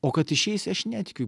o kad išeisi aš netikiu